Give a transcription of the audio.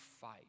fight